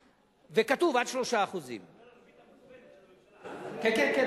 וכתוב: עד 3%. כן כן,